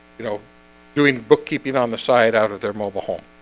you know doing bookkeeping on the side out of their mobile home.